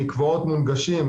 מקוואות מונגשים,